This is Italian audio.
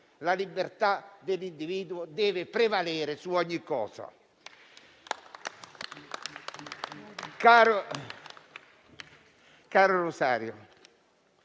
La libertà dell'individuo deve prevalere su ogni cosa».